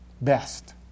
best